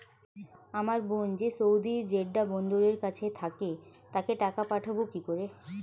আমার বোন যে সৌদির জেড্ডা বন্দরের কাছে থাকে তাকে টাকা পাঠাবো কি করে?